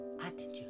attitude